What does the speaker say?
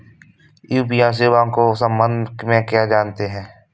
UPI सेवाओं के संबंध में क्या जानते हैं?